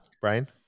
Brian